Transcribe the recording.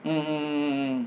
mm mm mm mm mm